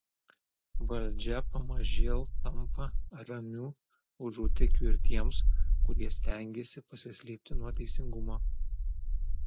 valdžia pamažėl tampa ramiu užutėkiu ir tiems kurie stengiasi pasislėpti nuo teisingumo